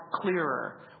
clearer